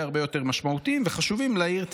הרבה יותר משמעותיים וחשובים לעיר טבריה,